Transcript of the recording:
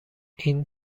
این